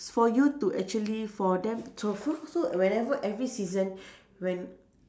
s~ for you to actually for them so so so whenever every season when